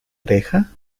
oreja